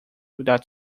without